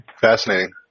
fascinating